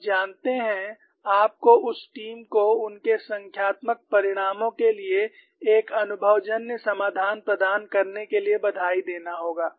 आप जानते हैं आपको उस टीम को उनके संख्यात्मक परिणामों के लिए एक अनुभवजन्य समाधान प्रदान करने के लिए बधाई देना होगा